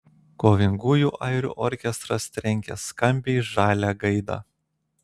kovingųjų airių orkestras trenkia skambiai žalią gaidą